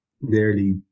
nearly